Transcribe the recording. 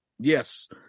Yes